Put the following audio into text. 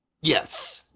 Yes